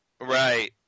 Right